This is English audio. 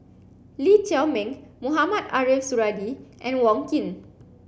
Lee Chiaw Meng Mohamed Ariff Suradi and Wong Keen